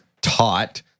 taught